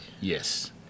yes